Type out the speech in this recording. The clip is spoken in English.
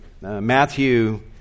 Matthew